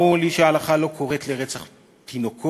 ברור לי שההלכה לא קוראת לרצח תינוקות,